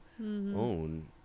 own